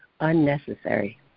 unnecessary